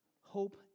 hope